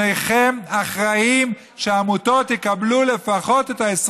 שניכם אחראים שהעמותות יקבלו לפחות את 20